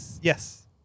Yes